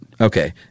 Okay